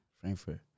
Frankfurt